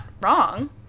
wrong